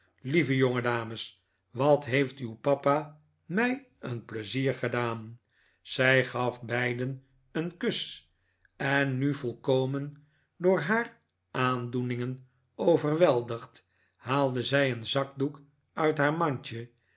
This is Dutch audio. lieve jongedames wat heeft uw papa mij een pleizier gedaan zij gaf beiden een kus en nu volkomen door haar aandoeningen overweldigd haalde zij een zakdoek uit haar mandje